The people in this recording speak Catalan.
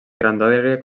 grandària